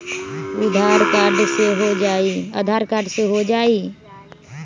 आधार card से हो जाइ?